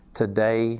today